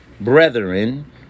Brethren